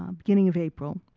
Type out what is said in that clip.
um beginning of april,